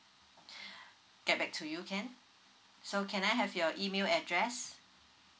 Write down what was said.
get back to you can so can I have your email address